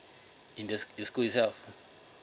in the sch~ the school itself